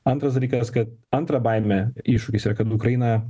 antras dalykas kad antra baimė iššūkis yra kad ukraina